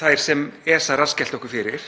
þær sem ESA rassskellti okkur fyrir.